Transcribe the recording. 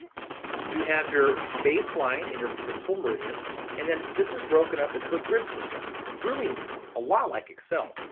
you have your baseline and your principal meridianand and then this is broken up into a grid system, really a lot like excel.